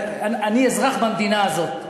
אני אזרח במדינה הזאת.